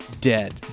dead